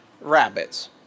rabbits